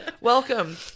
Welcome